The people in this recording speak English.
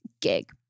gig